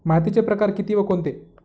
मातीचे प्रकार किती व कोणते?